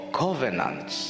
covenants